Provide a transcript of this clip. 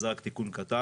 זה רק תיקון קטן.